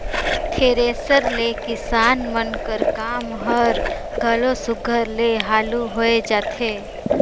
thresher ले किसान मन कर काम हर घलो सुग्घर ले हालु होए जाथे